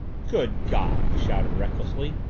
good god! he shouted recklessly.